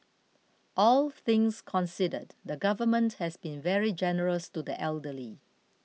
all things considered the government has been very generous to the elderly